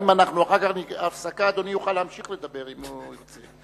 אחרי ההפסקה אדוני יוכל להמשיך לדבר אם הוא ירצה.